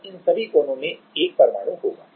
और इन सभी कोनों में एक परमाणु होगा